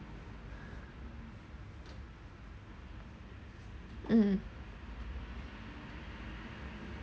mm